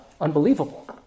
unbelievable